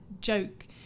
joke